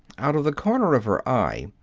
out of the corner of her eye,